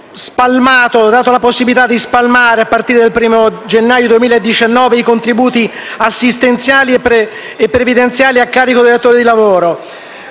Abbiamo dato la possibilità di spalmare, a partire dal primo gennaio 2019, i contributi assistenziali e previdenziali a carico del datore di lavoro.